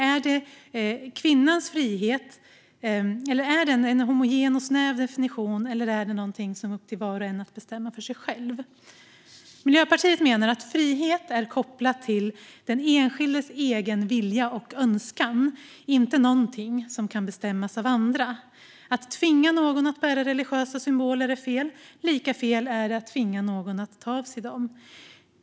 Är kvinnans frihet en homogen och snäv definition, eller är den någonting som är upp till var och en att själv bestämma? Miljöpartiet menar att frihet är kopplat till den enskildes egen vilja och önskan, inte någonting som kan bestämmas av andra. Att tvinga någon att bära religiösa symboler är fel, och lika fel är det att tvinga någon att ta av sig dem.